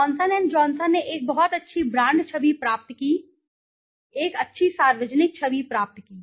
Johnson and Johnson ने एक बहुत अच्छी ब्रांड छवि प्राप्त की एक अच्छी सार्वजनिक छवि प्राप्त की